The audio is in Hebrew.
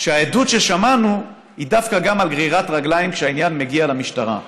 שהעדות ששמענו היא דווקא גם על גרירת רגליים כשהעניין מגיע למשטרה.